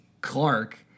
Clark